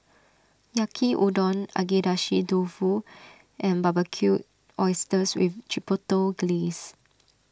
Yaki Udon Agedashi Dofu and Barbecued Oysters with Chipotle Glaze